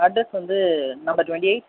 address வந்து number twenty eight